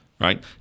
right